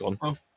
on